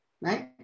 right